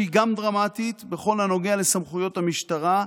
שגם היא דרמטית בכל הנוגע לסמכויות המשטרה,